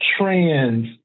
trans